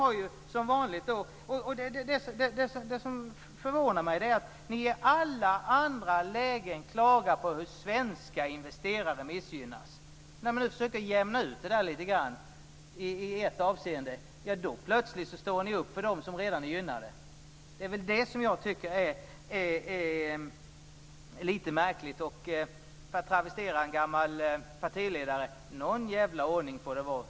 Det som förvånar mig är att moderaterna i alla andra lägen klagar över att svenska investerare missgynnas. När man nu försöker jämna ut det lite grann i ett avseende då står de plötsligt upp för dem som redan är gynnade. Det tycker jag är lite märkligt. Jag kan travestera en gammal partiledare och säga: Någon jävla ordning får det vara.